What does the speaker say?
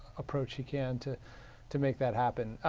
approach he can to to make that happen.